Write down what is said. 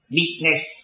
meekness